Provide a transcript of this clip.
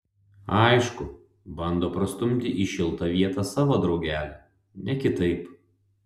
aišku bando prastumti į šiltą vietą savo draugelę ne kitaip